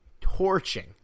torching